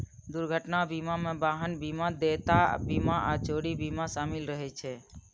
दुर्घटना बीमा मे वाहन बीमा, देयता बीमा आ चोरी बीमा शामिल रहै छै